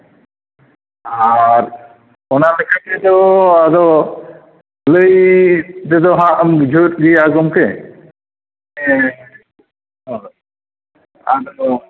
ᱟᱨ ᱚᱱᱟᱞᱮᱠᱟ ᱛᱮᱫᱚ ᱟᱫᱚ ᱞᱟᱹᱭ ᱛᱮᱫᱚ ᱦᱟᱸᱜ ᱮᱢ ᱵᱩᱡᱷᱟᱹᱣ ᱛᱤᱭᱳᱜᱟ ᱜᱚᱝᱮ ᱟᱫᱚ